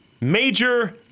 major